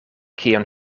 kion